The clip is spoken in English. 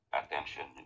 attention